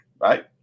right